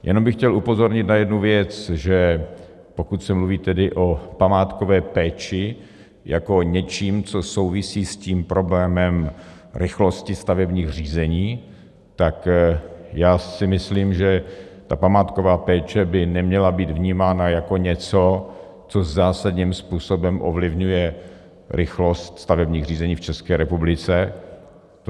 Jenom bych chtěl upozornit na jednu věc, že pokud se mluví tedy o památkové péči jako něčem, co souvisí s tím problémem rychlosti stavebních řízení, tak já si myslím, že památková péče by neměla být vnímána jako něco, co zásadním způsobem ovlivňuje rychlost stavebních řízení v ČR.